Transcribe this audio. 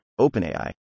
OpenAI